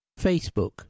Facebook